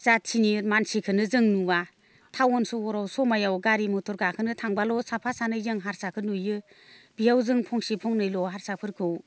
जाथिनि मानसिखोनो जों नुवा टाउन सहराव समायाव गारि मथर गाखोनो थांब्लाल' साफा सानै जों हारसाखो नुयो बियाव जों फंसे फंनैल' हारसाफोरखौ